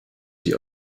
die